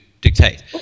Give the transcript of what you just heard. dictate